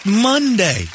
Monday